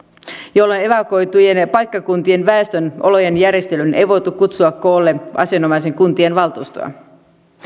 jolloin evakuoitujen paikkakuntien väestön olojen järjestelyyn ei voitu kutsua koolle asianomaisten kuntien valtuustoa